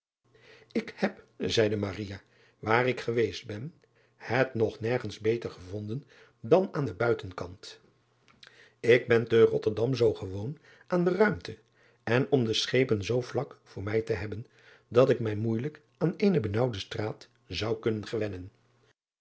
k heb zeide waar ik geweest ben het nog nergens beter gevonden dan aan den uitenkant k ben te otterdam zoo gewoon aan de ruimte en om de schepen zoo vlak voor mij te hebben dat ik mij moeijelijk aan eene benaauwde straat zou kunnen gewennen